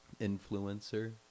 influencer